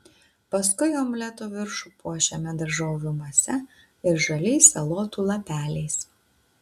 paskui omleto viršų puošiame daržovių mase ir žaliais salotų lapeliais